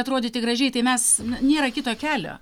atrodyti gražiai tai mes nėra kito kelio